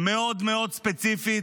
מאוד מאוד ספציפית,